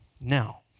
Now